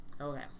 okay